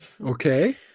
Okay